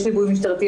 יש ליווי משטרתי.